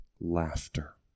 Laughter